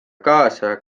kaasa